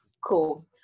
Cool